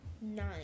nine